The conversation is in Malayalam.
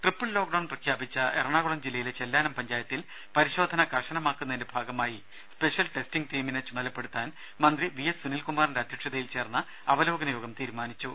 ട്രിപ്പിൾ ലോക്ഡൌൺ പ്രഖ്യാപിച്ച എറണാകുളം ജില്ലയിലെ ചെല്ലാനം പഞ്ചായത്തിൽ പരിശോധന കർശനമാക്കുന്നതിന്റെ ഭാഗമായി സ്പെഷ്യൽ ടെസ്റ്റിംഗ് ടീമിനെ ചുമതലപ്പെടുത്താൻ മന്ത്രി വി എസ് സുനിൽകുമാറിന്റെ അധ്യക്ഷതയിൽ ചേർന്ന അവലോകന യോഗം തീരുമാനിച്ചു